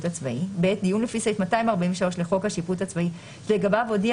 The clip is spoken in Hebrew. הצבאי; (ב) דיון לפי סעיף 243 לחוק השיפוט הצבאי שלגביו הודיע